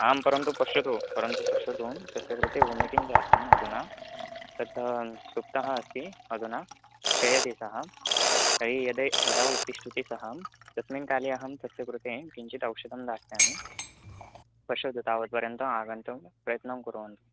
आं परन्तु पश्यतु परन्तु पश्यतु तस्य कृते वोमिटिङ्ग् जातम् अधुना तत् सुप्तम् अस्ति अधुना शेते सः तर्हि यदि यदा उत्तिष्ठति सः तस्मिन् काले अहं तस्य कृते किञ्चित् औषधं दास्यामि पश्यतु तावत्पर्यन्तमागन्तुं प्रयत्नं कुर्वन्तु